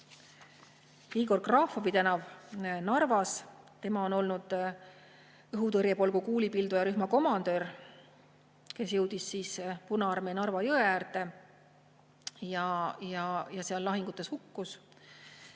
Igor Grafovi tänav Narvas. Tema oli õhutõrjepolgu kuulipildujarühma komandör, kes jõudis Punaarmeega Narva jõe äärde ja seal lahingutes hukkus.